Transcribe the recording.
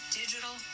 digital